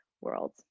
world